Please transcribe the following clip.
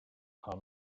paar